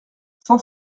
cent